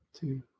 Two